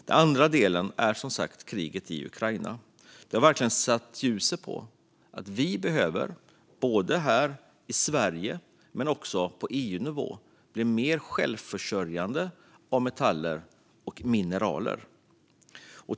Den andra delen är som sagt kriget i Ukraina. Det har verkligen satt ljuset på att både vi här i Sverige och EU behöver bli mer självförsörjande på metaller och mineral.